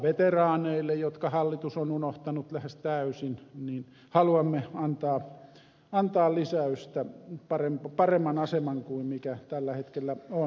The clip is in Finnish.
veteraaneille jotka hallitus on unohtanut lähes täysin haluamme antaa lisäystä paremman aseman kuin tällä hetkellä on